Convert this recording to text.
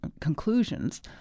conclusions